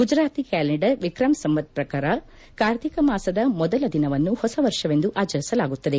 Gujarati calendar Vikram Samvat ಪ್ರಕಾರ್ ಕಾರ್ತಿಕ ಮಾಸದ ಮೊದಲ ದಿನವನ್ನು ಹೊಸ ವರ್ಷವೆಂದು ಆಚರಿಸಲಾಗುತ್ತದೆ